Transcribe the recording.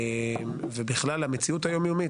ובכלל המציאות היום-יומית